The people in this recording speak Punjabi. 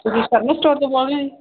ਤੁਸੀਂ ਸ਼ਰਮਾ ਸਟੋਰ ਤੋ ਬੋਲ ਰਹੇ ਹੋ ਜੀ